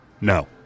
No